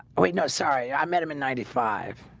we know sorry i met him in ninety five.